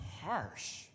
harsh